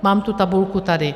Mám tu tabulku tady.